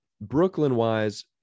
Brooklyn-wise